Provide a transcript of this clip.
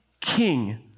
king